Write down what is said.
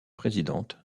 présidente